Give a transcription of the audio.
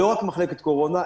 לא רק מחלקת קורונה,